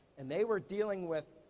and they were dealing with,